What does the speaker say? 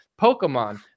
Pokemon